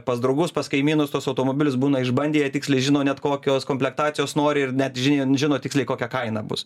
pas draugus pas kaimynus tuos automobilius būna išbandę jie tiksliai žino net kokios komplektacijos nori ir net žin žino tiksliai kokia kaina bus